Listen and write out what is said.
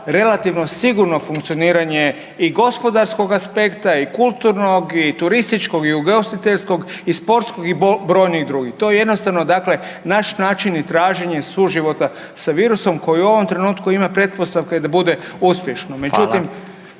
relativno sigurno funkcioniranje i gospodarskog aspekta i kulturnog i turističkog i ugostiteljskog i sportskog i brojnih drugih. To je jednostavno dakle naš način i traženje suživota sa virusom koji u ovom trenutku ima pretpostavke da bude uspješno.